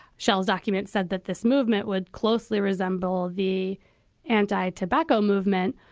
shell's documents said that this movement would closely resemble the anti tobacco movement,